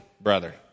brother